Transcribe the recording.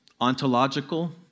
ontological